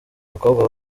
bakobwa